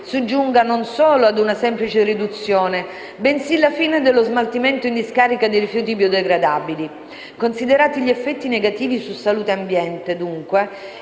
si giunga non solo ad una semplice riduzione, bensì alla fine dello smaltimento in discarica dei rifiuti biodegradabili. Considerati gli effetti negativi su salute e ambiente, dunque,